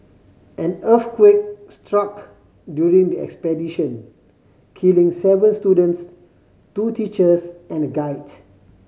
an earthquake struck during the expedition killing seven students two teachers and a guide